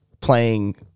playing